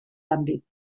àmbit